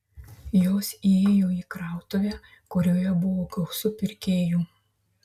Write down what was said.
jos įėjo į krautuvę kurioje buvo gausu pirkėjų